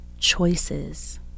choices